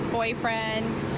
boyfriend.